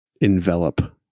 envelop